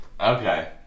Okay